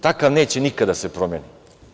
Takav neće nikad da se promeni.